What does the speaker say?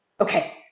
okay